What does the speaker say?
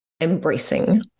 embracing